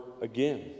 again